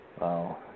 Wow